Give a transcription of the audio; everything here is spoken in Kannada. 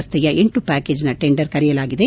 ರಸ್ತೆಯ ಎಂಟು ಪ್ಯಾಕೇಜ್ನ ಟೆಂಡರ್ ಕರೆಯಲಾಗಿದೆ